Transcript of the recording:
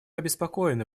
обеспокоены